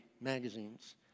magazines